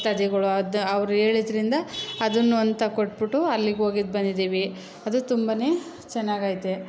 ಭಕ್ತಾದಿಗಳು ಅದು ಅವ್ರು ಹೇಳಿದ್ರಿಂದ ಅದನ್ನ ಒಂದು ತಕ್ಕೊಟ್ಬಿಟ್ಟು ಅಲ್ಲಿಗೆ ಹೋಗಿದ್ದು ಬಂದಿದ್ದೀವಿ ಅದು ತುಂಬನೇ ಚೆನ್ನಾಗೈತೆ